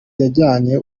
yajyanye